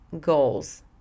goals